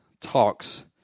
talks